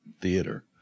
theater